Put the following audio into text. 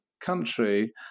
country